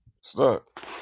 Stuck